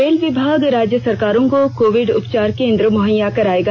rail विभाग राज्य सरकारों को कोविड उपचार केंद्र मुहैया कराएगा